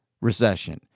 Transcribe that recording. recession